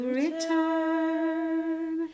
return